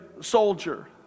soldier